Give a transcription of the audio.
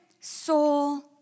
soul